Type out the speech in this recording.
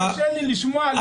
קשה לי לשמוע את זה.